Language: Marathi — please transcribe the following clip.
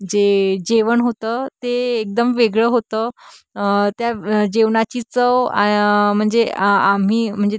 जे जेवण होतं ते एकदम वेगळं होतं त्या जेवणाची चव म्हणजे आम्ही म्हणजे